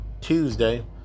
Tuesday